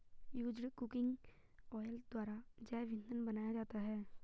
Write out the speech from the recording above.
used cooking oil द्वारा जैव इंधन बनाया जाता है